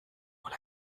wohl